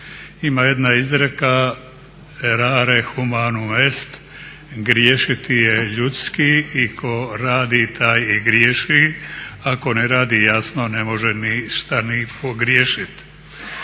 Ima jedna izreka …, griješiti je ljudski i tko radi taj i griješi, ako ne radi jasno ne može ništa ni pogriješit.